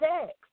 sex